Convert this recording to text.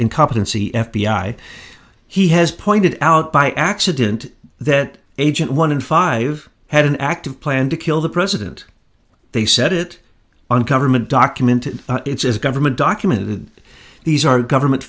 incompetency f b i he has pointed out by accident that agent one in five had an active plan to kill the president they said it uncover mint documented it's government documented these are government